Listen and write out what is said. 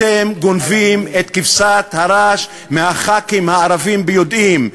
אתם גונבים את כבשת הרש מהח"כים הערבים ביודעין,